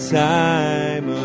time